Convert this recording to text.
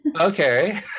Okay